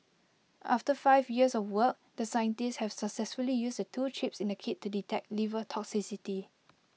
after five years of work the scientists have successfully used the two chips in the kit to detect liver toxicity